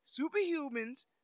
superhumans